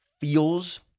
feels